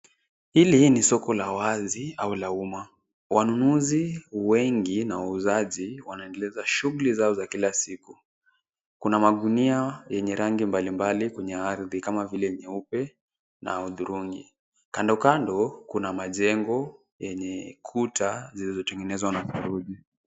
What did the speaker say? Hili ni soko la wazi au la umma. Wanunuzi wengi na wauzaji wanaendeleza shughuli zao za kila siku. Kuna magunia yenye rangi mbalimbali kwenye ardhi kama vile nyeupe na hudhurungi. Kando kando, kuna majengo yenye kuta zilizotengenezwa na saruji.